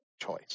choice